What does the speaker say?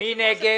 מי נגד?